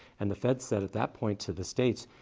and the feds said at that point to the states,